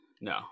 No